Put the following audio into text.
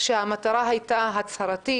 שהמטרה הייתה הצהרתית,